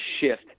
shift